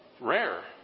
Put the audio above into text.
rare